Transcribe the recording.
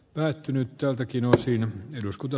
päättynyt täältäkin osin eduskunta